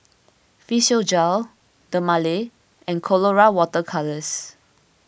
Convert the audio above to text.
Physiogel Dermale and Colora Water Colours